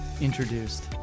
introduced